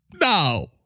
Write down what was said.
No